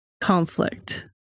conflict